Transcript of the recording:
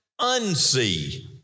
unsee